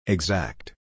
Exact